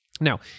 Now